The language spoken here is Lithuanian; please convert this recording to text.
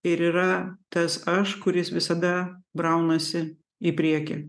ir yra tas aš kuris visada braunasi į priekį